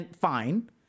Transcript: fine